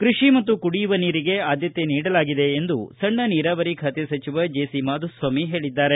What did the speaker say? ಕೈಷಿ ಮತ್ತು ಕುಡಿಯುವ ನೀರಿಗೆ ಆದ್ಭತೆ ನೀಡಲಾಗಿದೆ ಎಂದು ಸಣ್ಣ ನೀರಾವರಿ ಸಚಿವ ಮಾಧುಸ್ವಾಮಿ ಹೇಳಿದ್ದಾರೆ